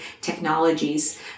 technologies